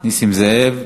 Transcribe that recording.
נסים זאב.